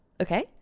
Okay